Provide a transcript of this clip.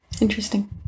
Interesting